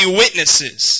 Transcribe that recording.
witnesses